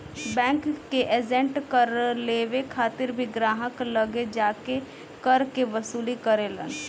bank के agent कर लेवे खातिर भी ग्राहक लगे जा के कर के वसूली करेलन